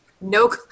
no